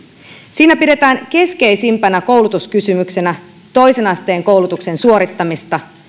siinä pidetään keskeisimpänä koulutuskysymyksenä toisen asteen koulutuksen suorittamista